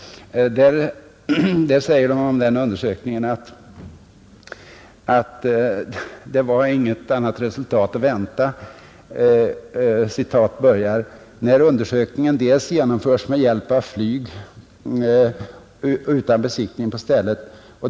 Om den utredningen sägs att inget annat resultat var att vänta ”när undersökningen dels bedrives under fel årstid, dels ock huvudsakligen genomföres med hjälp av flyg utan besiktning på stället.